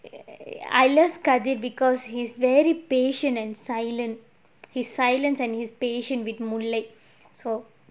I love kadir because he's very patient and silent he's silence and he's patient with moonlight so